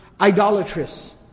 idolatrous